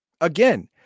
again